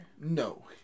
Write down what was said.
No